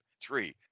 Three